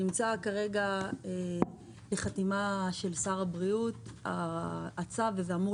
הצו נמצא כרגע בחתימה של שר הבריאות וזה אמור